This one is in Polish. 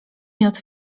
minut